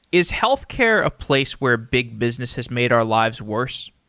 is healthcare a place where big business has made our lives worse?